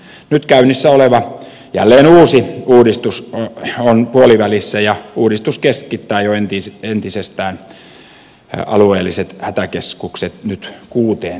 nyt käynnissä oleva jälleen uusi uudistus on puolivälissä ja uudistus keskittää alueellisia hätäkeskuksia entisestään nyt kuuteen suureen yksikköön